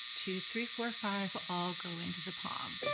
two three four five all go into the palm.